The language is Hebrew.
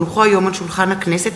כי הונח היום על שולחן הכנסת,